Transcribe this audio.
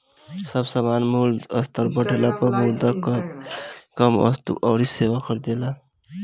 जब सामान्य मूल्य स्तर बढ़ेला तब मुद्रा कअ हर इकाई कम वस्तु अउरी सेवा खरीदेला